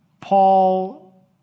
Paul